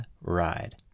ride